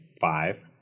five